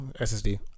SSD